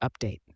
update